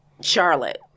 Charlotte